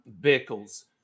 vehicles